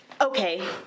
okay